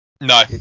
No